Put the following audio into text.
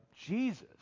Jesus